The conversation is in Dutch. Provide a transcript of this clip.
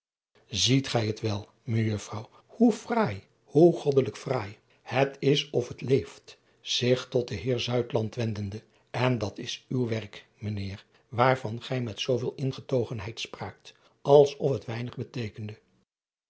iet gij het wel ejuffrouw hoe fraai hoe goddelijk fraai het is of het leeft zich tot den eer wendende n dat is uw werk mijn eer waarvan gij met zooveel ingetogenheid spraakt als of het weinig beteekende